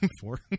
Four